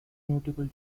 notable